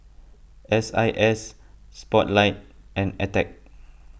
S I S Spotlight and Attack